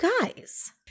guys